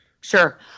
Sure